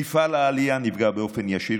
מפעל העלייה נפגע באופן ישיר,